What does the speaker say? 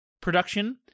production